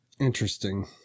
Interesting